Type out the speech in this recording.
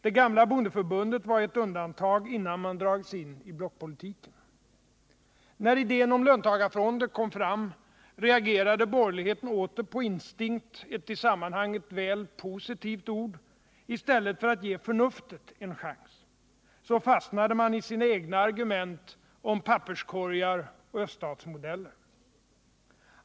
Det gamla bondeförbundet var ett undantag innan man dragits in i blockpolitiken. När idén om löntagarfonder kom fram, reagerade borgerligheten åter på instinkt — ett i sammanhanget väl positivt ord — i stället för att ge förnuftet en chans. Så fastnade man i sina egna argument om papperskorgar och öststatsmodeller.